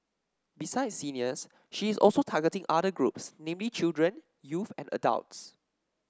besides seniors she is also targeting other groups namely children youth and adults